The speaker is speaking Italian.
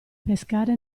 pescare